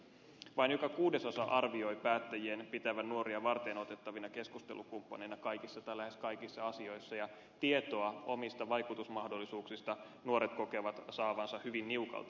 vain joka kuudes arvioi päättäjien pitävän nuoria varteenotettavina keskustelukumppaneina kaikissa tai lähes kaikissa asioissa ja tietoa omista vaikutusmahdollisuuksista nuoret kokevat saavansa hyvin niukalti